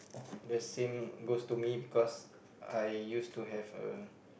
the same goes to me because I used to have a